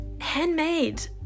handmade